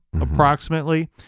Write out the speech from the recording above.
approximately